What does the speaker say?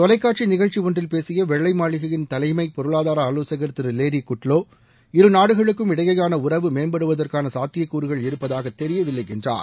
தொலைக்காட்சி நிகழ்ச்சி ஒன்றில் பேசிய வெள்ளை மாளிகையின் தலைமை பொருளாதார ஆலோசகர் திரு லேரி குட்வோ இருநாடுகளுக்கும் இடையேயான உறவு மேம்படுவதற்கான சாத்தியக்கூறுகள் இருப்பதாக தெரியவில்லை என்றார்